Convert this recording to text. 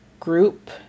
Group